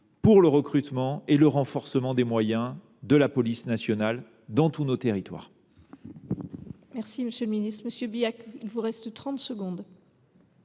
au recrutement et au renforcement des moyens de la police nationale dans tous nos territoires.